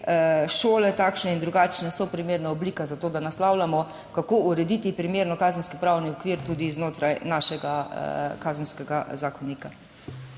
šole, takšne in drugačne, primerna oblika, zato da naslavljamo, kako urediti primerno kazenskopravni okvir tudi znotraj našega Kazenskega zakonika.